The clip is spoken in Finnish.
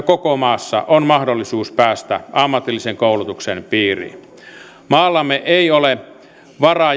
koko maassa on mahdollisuus päästä ammatillisen koulutuksen piiriin maallamme ei ole varaa